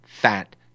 fat